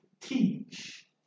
teach